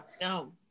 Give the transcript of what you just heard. No